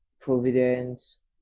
Providence